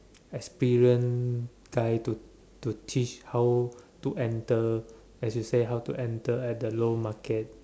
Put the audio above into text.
experienced guy to to teach how to enter as you say how to enter at the low market